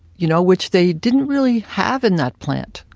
you know? which they didn't really have in that plant.